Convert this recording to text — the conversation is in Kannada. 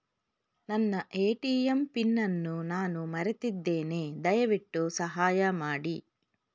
ನನ್ನ ಎ.ಟಿ.ಎಂ ಪಿನ್ ಅನ್ನು ನಾನು ಮರೆತಿದ್ದೇನೆ, ದಯವಿಟ್ಟು ಸಹಾಯ ಮಾಡಿ